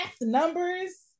numbers